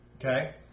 Okay